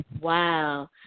Wow